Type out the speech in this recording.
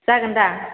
जागोन दा